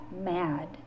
mad